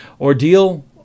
Ordeal